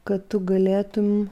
kad tu galėtum